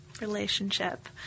relationship